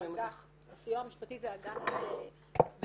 הסיוע המשפטי זה אגף במשרד